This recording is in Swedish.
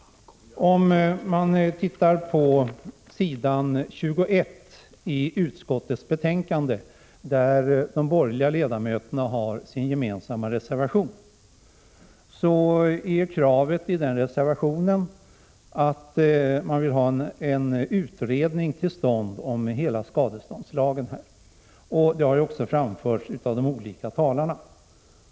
På s. 21 i utskottets betänkande kräver de borgerliga ledamöterna i sin gemensamma reservation en utredning om skadeståndslagen i dess helhet. Detta krav har också framförts av de tidigare talarna.